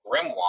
grimoire